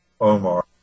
Omar